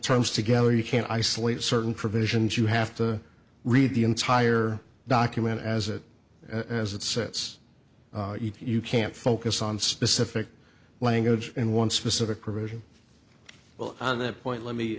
terms together you can isolate certain provisions you have to read the entire document as it as it sets you can't focus on specific language in one specific provision well on that point let me